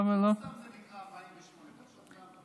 לא סתם זה נקרא 48. תחשוב למה.